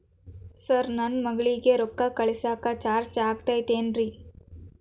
Sir ನನ್ನ ಮಗಳಗಿ ರೊಕ್ಕ ಕಳಿಸಾಕ್ ಚಾರ್ಜ್ ಆಗತೈತೇನ್ರಿ?